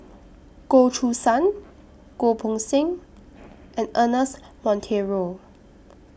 Goh Choo San Goh Poh Seng and Ernest Monteiro